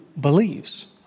believes